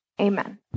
Amen